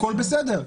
הכול בסדר,